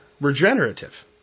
regenerative